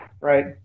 Right